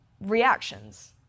reactions